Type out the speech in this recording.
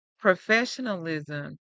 Professionalism